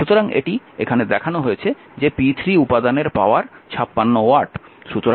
সুতরাং এটি এখানে দেখানো হয়েছে যে p3 উপাদানের পাওয়ার 56 ওয়াট